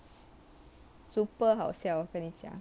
super 好笑我跟你讲